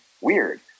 weird